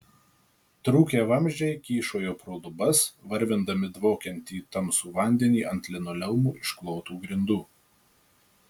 trūkę vamzdžiai kyšojo pro lubas varvindami dvokiantį tamsų vandenį ant linoleumu išklotų grindų